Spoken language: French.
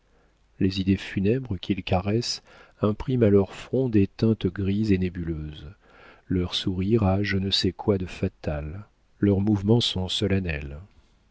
les idées funèbres qu'ils caressent impriment à leur front des teintes grises et nébuleuses leur sourire a je ne sais quoi de fatal leurs mouvements sont solennels